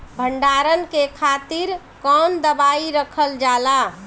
भंडारन के खातीर कौन दवाई रखल जाला?